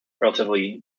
relatively